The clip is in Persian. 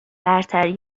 برتری